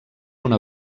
una